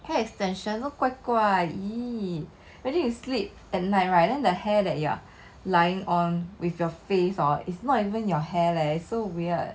hair extension 都怪怪 !ee! imagine you sleep at night right then the hair that you are lying on with your face on it's not even your hair leh so weird